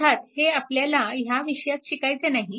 अर्थात हे आपल्याला ह्या विषयात शिकायचे नाही